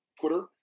Twitter